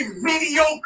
mediocre